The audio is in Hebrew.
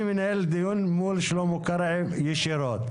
אני מנהל דיון מול שלמה קרעי ישירות.